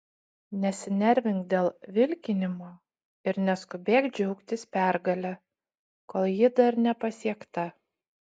nesinervink dėl vilkinimo ir neskubėk džiaugtis pergale kol ji dar nepasiekta